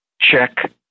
check